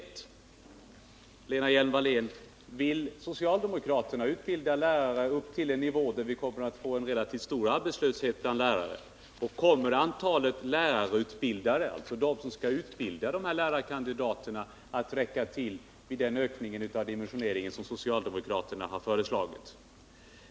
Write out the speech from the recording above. Är det så, Lena Hjelm-Wallén, att socialdemokraterna vill utbilda så många lärare att det blir en relativt stor arbetslöshet bland dessa lärare? Kommer antalet lärarutbildare, alltså de som skall utbilda lärarkandidaterna, att räcka till för den ökning av dimensioneringen på utbildningen som socialdemokraterna har föreslagit?